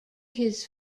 his